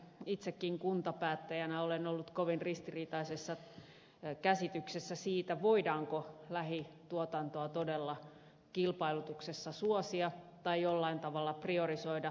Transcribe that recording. itsekin kuntapäättäjänä olen ollut kovin ristiriitaisessa käsityksessä siitä voidaanko lähituotantoa todella kilpailutuksessa suosia tai jollain tavalla priorisoida